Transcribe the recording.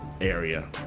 area